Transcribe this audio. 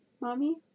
mommy